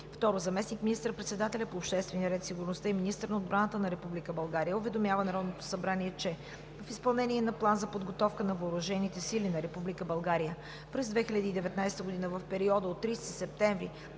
Второ, заместник министър-председателят по обществения ред и сигурността и министър на отбраната на Република България уведомява Народното събрание, че в изпълнение на План за подготовка на въоръжените сили на Република България през 2019 г. в периода от 30 септември